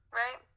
right